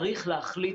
צריך להחליט.